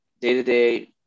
day-to-day